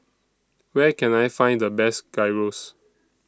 Where Can I Find The Best Gyros